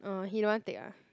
orh he don't want take ah